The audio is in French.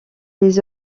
les